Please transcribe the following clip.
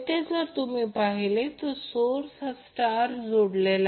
म्हणून अर्थ असा की मी उदाहरण 2 वर जात नाही